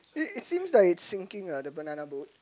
it's seems like sinking ah the banana boat